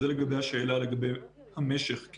זה לגבי השאלה לגבי משך הזמן,